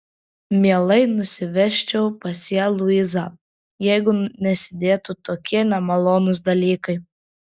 mielai nusivežčiau pas ją luizą jeigu nesidėtų tokie nemalonūs dalykai